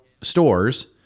stores